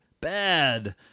bad